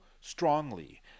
strongly